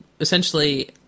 essentially